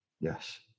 Yes